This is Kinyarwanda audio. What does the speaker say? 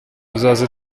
uzaze